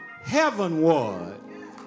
heavenward